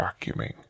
vacuuming